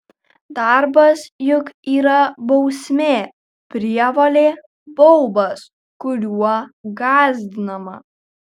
darbas juk yra bausmė prievolė baubas kuriuo gąsdinama